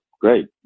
great